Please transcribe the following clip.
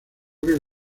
que